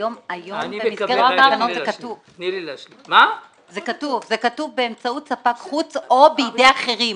היום במסגרת התקנות זה כתוב: באמצעות ספק חוץ או בידי אחרים.